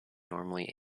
normally